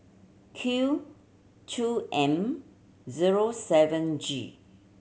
Q two M zero seven G